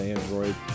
Android